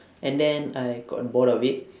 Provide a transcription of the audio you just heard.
and then I got bored of it